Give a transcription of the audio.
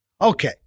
Okay